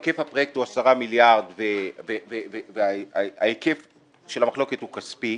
היקף הפרויקט הוא 10 מיליארד וההיקף של המחלוקת הוא כספי,